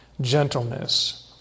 Gentleness